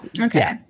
okay